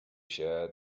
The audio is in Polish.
się